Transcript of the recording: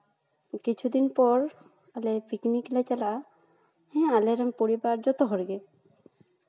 ᱠᱤᱪᱷᱩ ᱫᱤᱱ ᱯᱚᱨ ᱟᱞᱮ ᱯᱤᱠᱱᱤᱠ ᱞᱮ ᱪᱟᱞᱟᱜᱼᱟ ᱦᱮᱸ ᱟᱞᱮ ᱨᱮᱱ ᱯᱚᱨᱤᱵᱟᱨ ᱡᱚᱛᱚ ᱦᱚᱲ ᱜᱮ